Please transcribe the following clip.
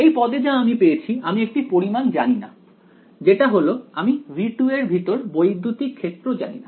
এই পদে যা আমি পেয়েছি আমি একটি পরিমাণ জানিনা যেটা হল আমি V2 এর ভিতর বৈদ্যুতিক ক্ষেত্র জানিনা